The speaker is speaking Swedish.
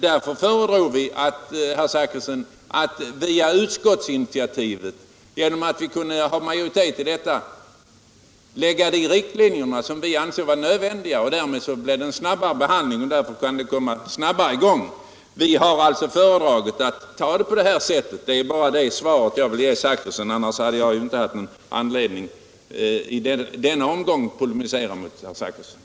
Därför föredrog vi, herr Zachrisson, att via utskottsinitiativ — genom att vi har majoritet i utskottet — lägga fast de riktlinjer som vi ansåg nödvändiga. Därmed blev det en snabbare behandling, och verksamheten kan komma i gång snabbare än den annars skulle ha gjort. Vi har alltså föredragit att behandla frågan på det här sättet. Det är det svar jag vill ge herr Zachrisson. Utöver det har jag inte någon anledning att i den här omgången polemisera mot herr Zachrisson.